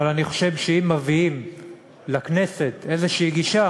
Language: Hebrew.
אבל אני חושב שאם מביאים לכנסת איזו גישה